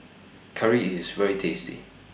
Curry IS very tasty